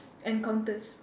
encounters